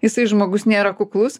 jisai žmogus nėra kuklus